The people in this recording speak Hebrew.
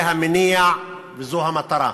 זה המניע וזו המטרה.